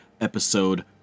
episode